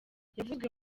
yavuzwe